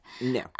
No